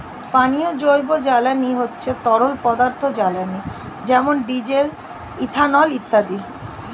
পানীয় জৈব জ্বালানি হচ্ছে তরল পদার্থ জ্বালানি যেমন ডিজেল, ইথানল ইত্যাদি